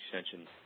extension